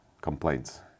complaints